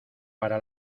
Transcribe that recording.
para